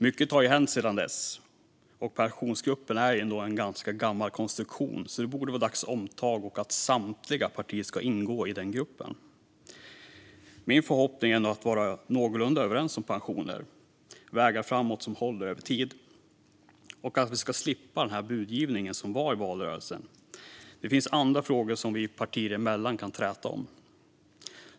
Mycket har hänt sedan dess. Pensionsgruppen är ändå en ganska gammal konstruktion, så det borde vara dags för omtag och att samtliga partier ska ingå i gruppen. Min förhoppning är ändå att vi ska vara någorlunda överens om pensionerna med vägar framåt som håller över tid och att vi ska slippa budgivningen från valrörelsen. Det finns andra frågor som vi partier emellanåt kan träta om.